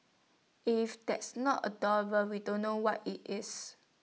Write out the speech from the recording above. if that's not adorable we don't know what IT is